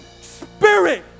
Spirit